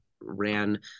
ran